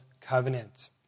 Covenant